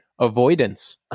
avoidance